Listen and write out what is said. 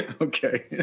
Okay